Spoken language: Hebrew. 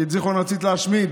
כי את זיכרון רצית להשמיד.